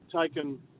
taken